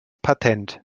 patent